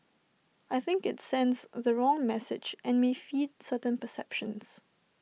I think IT sends the wrong message and may feed certain perceptions